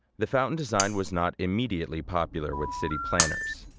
the fountain design was not immediately popular with city planners.